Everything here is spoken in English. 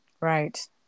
Right